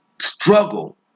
struggle